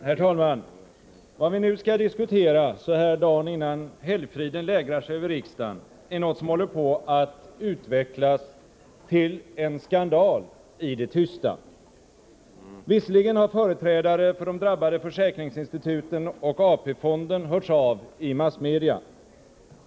Herr talman! Vad vi nu skall diskutera dagen innan helgfriden lägrar sig över riksdagen är något som håller på att utvecklas till en skandal i det tysta. Visserligen har företrädare för de drabbade försäkringsinstituten och AP-fonden hörts av i massmedia.